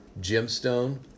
gemstone